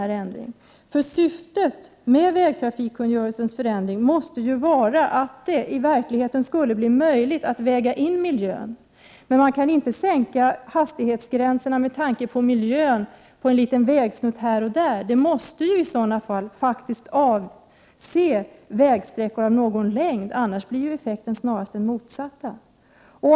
Syftet med förändringen av vägtrafikkungörelsen måste givetvis vara att det i praktiken skulle bli möjligt att väga in miljön. Man kan inte med tanke på miljön sänka hastigheterna utefter en liten vägsnutt här och där. Beslutet måste i sådana fall avse vägsträckor av någon längd, annars blir effekten snarast den motsatta.